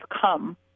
come